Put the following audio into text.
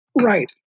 Right